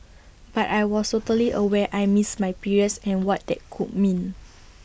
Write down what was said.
but I was totally aware I missed my periods and what that could mean